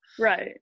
right